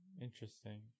interesting